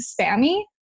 spammy